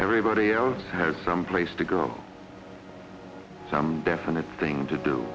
everybody else has some place to go some definite thing to do